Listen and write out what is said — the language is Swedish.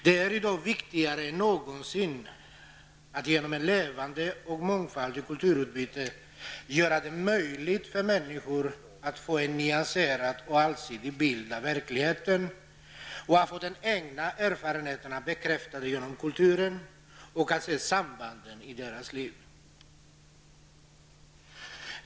Det är i dag viktigare än någonsin att genom ett levande och mångfaldigt kulturutbyte göra det möjligt för människor att få en nyanserad och allsidig bild av verkligheten och att få de egna erfarenheterna bekräftade genom kulturen och att se sambanden i deras liv.